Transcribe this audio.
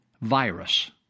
virus